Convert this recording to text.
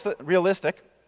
realistic